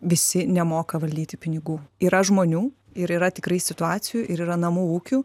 visi nemoka valdyti pinigų yra žmonių ir yra tikrai situacijų ir yra namų ūkių